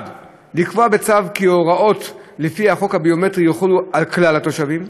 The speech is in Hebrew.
1. לקבוע בצו כי ההוראות לפי החוק הביומטרי יחולו על כלל התושבים,